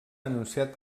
anunciat